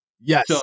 Yes